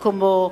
הוא לא במקומו.